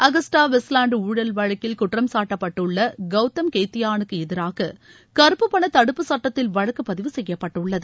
Agusta Westland ஊழல் வழக்கில் குற்றம்சாட்டப்பட்டுள் கவுதம் கேத்தியானுக்கு எதிராக கருப்பு பண தடுப்புச் சட்டத்தில் வழக்கு பதிவு செய்யப்பட்டுள்ளது